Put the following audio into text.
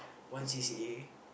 one C_C_A